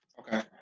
Okay